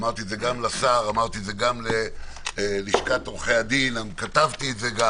אמרתי גם לשר, גם ללשכת עורכי הדין, כתבתי זאת גם